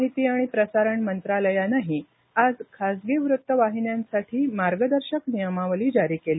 माहिती आणि प्रसारण मंत्रालयानंही आज खासगी वृत्त वाहिन्यांसाठी मार्गदर्शक नियमावली जारी केली